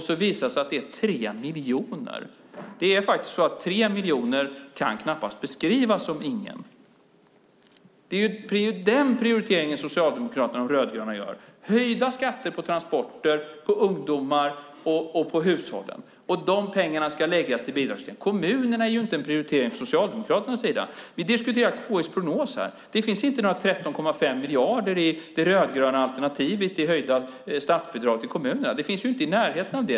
Så visar det sig att det är tre miljoner. Tre miljoner kan knappast beskrivas som ingen. Det är den prioriteringen Socialdemokraterna och De rödgröna gör: höjda skatter på transporter, på ungdomar och på hushållen. De pengarna ska läggas till bidragsdelen. Kommunerna är inte en prioritering från Socialdemokraternas sida. Vi diskuterar KI:s prognos här. Det finns inte några 13,5 miljarder i det rödgröna alternativet till höjda statsbidrag till kommunerna. Det finns inget i närheten av det.